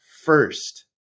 first